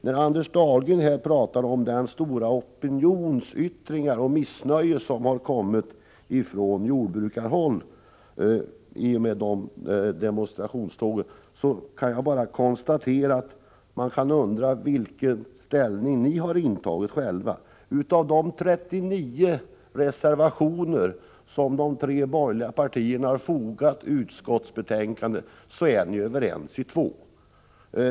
När Anders Dahlgren här talar om den stora opinion som demonstrationståget var uttryck för och om missnöjet på jordbrukarhåll kan man undra vilken ställning ni själva har intagit. Av de 39 reservationer som de tre borgerliga partierna har fogat vid utskottsbetänkandet är ni överens om två.